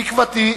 תקוותי,